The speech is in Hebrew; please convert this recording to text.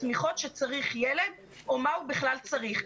התמיכות שילד צריך או מה הוא בכלל צריך.